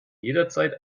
jederzeit